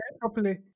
properly